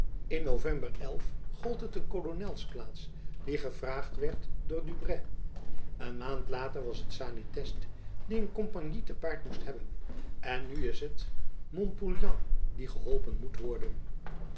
n ovember gold het een kolonelsplaats die gevraagd werd voor du bret een maand later was het sanitest die een kompagnie te paard moest hebben en nu is het montpouillan die geholpen moet worden